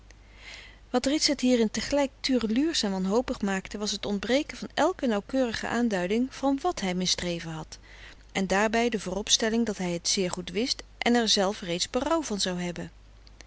wat ritsert hierin tegelijk tureluursch en wanhopig maakte was het ontbreken van elke nauwkeurige aanduiding van wat hij misdreven had en daarbij de vooropstelling dat hij het zeer goed wist en er zelfs reeds berouw van zou hebben